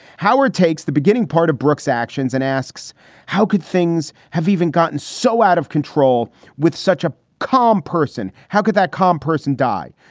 howard takes the beginning part of brooke's actions and asks how could things have even gotten so out of control with such a calm person? how could that calm person die?